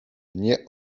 nie